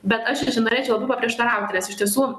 bet aš norėčiau labai paprieštarauti nes iš tiesų